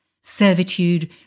servitude